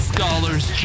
Scholar's